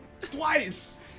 Twice